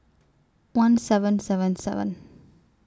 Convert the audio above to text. one seven seven seven